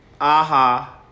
aha